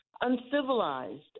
uncivilized